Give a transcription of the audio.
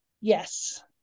Yes